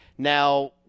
Now